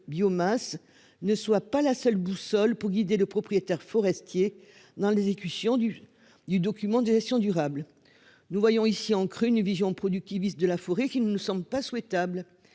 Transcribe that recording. biomasse ne soit pas la seule boussole pour guider propriétaires forestiers dans les dicussions du du document gestion durable. Nous voyons ici en creux une vision productiviste de la forêt qui ne pas souhaitable.